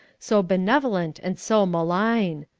so benevolent and so malign.